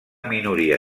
minoria